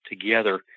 together